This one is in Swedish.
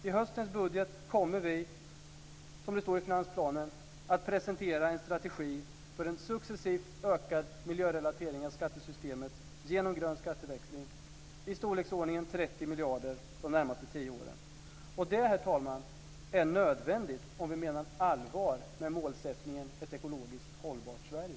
I höstens budget kommer vi, som det står i finansplanen, att presentera en strategi för en successivt ökad miljörelatering av skattesystemet genom grön skatteväxling - i storleksordningen 30 miljarder de närmaste tio åren. Det är, herr talman, nödvändigt om vi menar allvar med målsättningen ett ekologiskt hållbart Sverige.